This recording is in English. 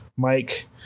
Mike